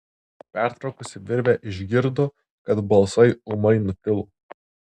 pertraukusi virvę išgirdo kad balsai ūmai nutilo